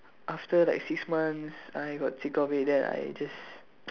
after like six months I got sick of it then I just